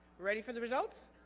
ready for the results